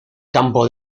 campo